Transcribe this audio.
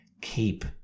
keep